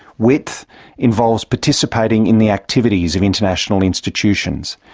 width involves participating in the activities of international institutions.